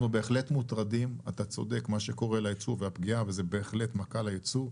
אתה צודק במה שקורה לייצוא והפגיעה וזאת בהחלט מכה לייצוא.